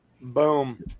Boom